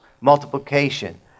Multiplication